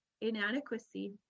inadequacy